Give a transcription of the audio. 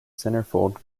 centerfold